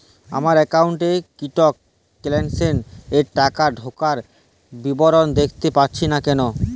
আমার একাউন্ট এ ticket cancellation এর টাকা ঢোকার বিবরণ দেখতে পাচ্ছি না কেন?